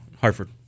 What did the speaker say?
Hartford